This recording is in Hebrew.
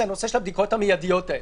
זה הנושא של הבדיקות המיידיות האלה.